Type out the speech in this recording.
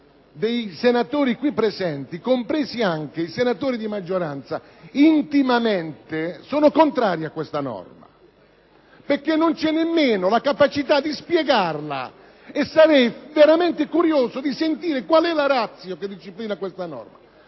dei senatori qui presenti, compresi i senatori di maggioranza, sono intimamente contrari a questa norma perché non c'è nemmeno la capacità di spiegarla. Sarei veramente curioso di sentire qual è la *ratio* che la disciplina. Quando